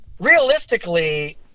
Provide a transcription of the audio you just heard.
realistically